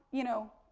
you know,